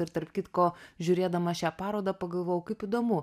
ir tarp kitko žiūrėdama šią parodą pagalvojau kaip įdomu